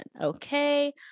Okay